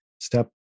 step